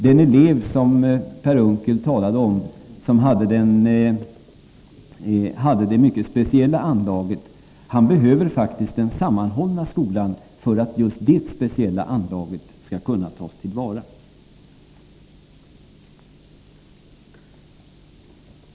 Den elev som Per Unckel talade om och som hade det mycket speciella anlaget behöver faktiskt den sammanhållna skolan för att just det speciella anlaget skall kunna tas till vara.